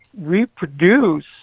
reproduce